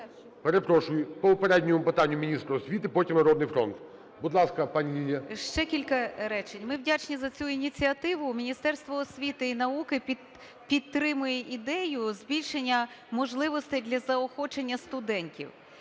Перепрошую. По попередньому питанню міністр освіти, потім - "Народний фронт". Будь ласка, пані Лілія. 10:54:19 ГРИНЕВИЧ Л.М. Ще кілька речень. Ми вдячні за цю ініціативу, Міністерство освіти і науки підтримує ідею збільшення можливостей для заохочення студентів.